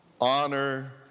honor